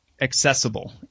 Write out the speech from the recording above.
accessible